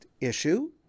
issue